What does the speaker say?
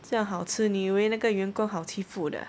这样好吃你以为那个员工好欺负的 ah